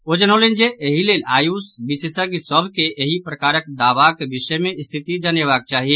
ओ जनौलनि जे एहि लेल आयुषक विशेषज्ञ सभ के एहि प्रकारक दावाक विषय मे स्थिति जनेबाक चाही